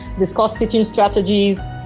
discuss teaching strategies,